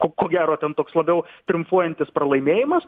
o ko gero ten toks labiau triumfuojantis pralaimėjimas